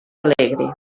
alegre